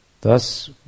Thus